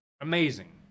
amazing